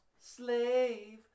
slave